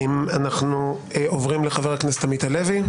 אנחנו עוברים לחבר הכנסת עמית הלוי.